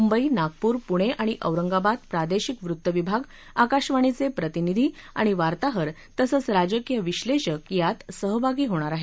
मुंबई नागपूर पुणे आणि औरंगाबाद प्रादेशिक वृत्तविभाग आकाशवाणीचे प्रतिनिधी आणि वार्ताहर तसंच राजकीय विश्नेषक यात सहभागी होणार आहेत